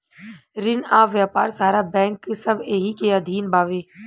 रिन आ व्यापार सारा बैंक सब एही के अधीन बावे